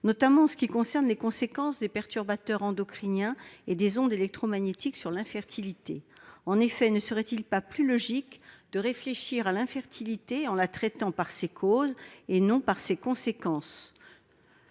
notamment en ce qui concerne les conséquences des perturbateurs endocriniens et des ondes électromagnétiques sur l'infertilité. En effet, ne serait-il pas plus logique de réfléchir à l'infertilité en la traitant par ses causes et non par ses conséquences ?